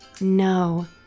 No